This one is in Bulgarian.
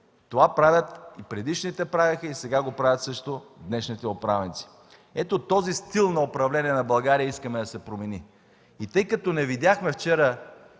Това правеха и предишните, сега го правят също и днешните управници. Ето този стил на управление на България искаме да се промени. И тъй като не видяхме вчера